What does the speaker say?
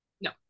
no